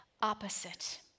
opposite